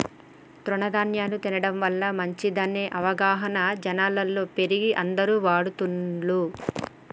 తృణ ధ్యాన్యాలు తినడం వల్ల మంచిదనే అవగాహన జనాలలో పెరిగి అందరు వాడుతున్లు